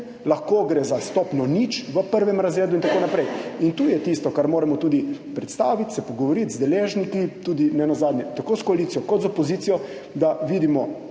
lahko gre za stopnjo nič v prvem razredu in tako naprej. In to je tisto, kar moramo tudi predstaviti, se pogovoriti z deležniki, nenazadnje tako s koalicijo kot z opozicijo, da vidimo,